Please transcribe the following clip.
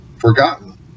Forgotten